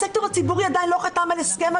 הסקטור הציבורי עדיין לא חתם על הסכם,